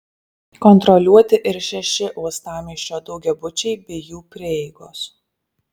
kontroliuoti ir šeši uostamiesčio daugiabučiai bei jų prieigos